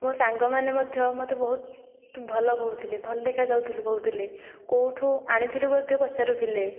ମୋ ସାଙ୍ଗମାନେ ମଧ୍ୟ ମୋତେ ବହୁତ ଭଲ କହୁଥିଲେ ଭଲ ଦେଖାଯାଉଥିଲୁ କହୁଥିଲେ କେଉଁଠୁ ଅଣିଥିଲୁ ମଧ୍ୟ ପଚାରୁଥିଲେ